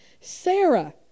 Sarah